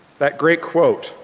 that great quote,